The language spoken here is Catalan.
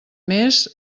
més